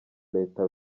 leta